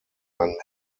minutes